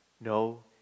No